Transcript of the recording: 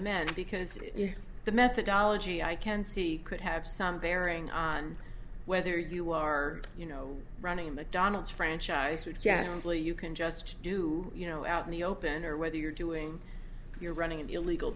then because the methodology i can see could have some bearing on whether you are you know running a mcdonald's franchise which generally you can just do you know out in the open or whether you're doing your running in the illegal